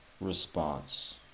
response